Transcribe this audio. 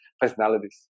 personalities